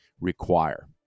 require